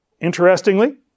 Interestingly